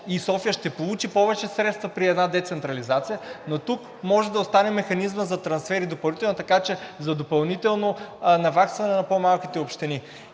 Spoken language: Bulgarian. и София ще получи повече средства при една децентрализация, но тук може да остане механизмът за трансфер и допълнително, така че за допълнително наваксване на по-малките общини.